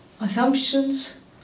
assumptions